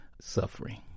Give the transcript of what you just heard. suffering